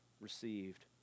received